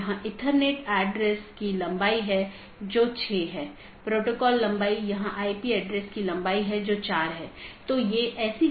यह केवल उन्हीं नेटवर्कों के विज्ञापन द्वारा पूरा किया जाता है जो उस AS में या तो टर्मिनेट होते हैं या उत्पन्न होता हो यह उस विशेष के भीतर ही सीमित है